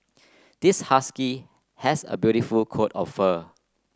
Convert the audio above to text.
this husky has a beautiful coat of fur